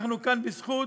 אנחנו כאן בזכות